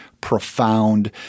profound